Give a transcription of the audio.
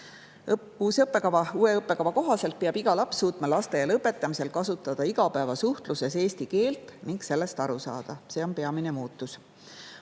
Uue õppekava kohaselt peab iga laps suutma lasteaia lõpetamisel kasutada igapäevasuhtluses eesti keelt ning sellest aru saada. See on peamine muutus.